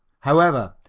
however,